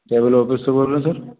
cable office से बोल रहे हैं सर